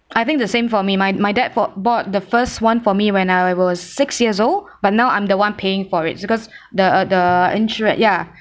I think the same for me my my dad for bought the first [one] for me when I was six years old but now I'm the one paying for it because the the insurance ya